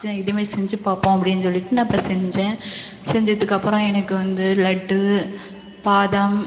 இதேமாதிரி செஞ்சு பார்ப்போம் அப்படின் சொல்லிட்டு நான் அப்புறம் செஞ்சேன் செஞ்சதுக்கப்புறம் எனக்கு வந்து லட்டு பாதாம்